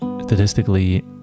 statistically